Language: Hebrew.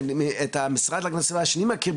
כי המשרד להגנת הסביבה שאני מכיר,